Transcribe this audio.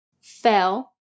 fell